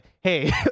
hey